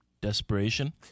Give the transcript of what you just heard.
Desperation